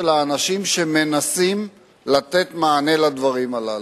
האנשים שמנסים לתת מענה על הדברים הללו.